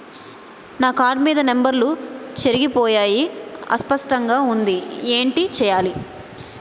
నా కార్డ్ మీద నంబర్లు చెరిగిపోయాయి అస్పష్టంగా వుంది ఏంటి చేయాలి?